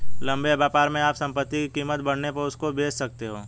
लंबे व्यापार में आप संपत्ति की कीमत बढ़ने पर उसको बेच सकते हो